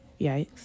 Yikes